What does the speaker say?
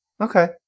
okay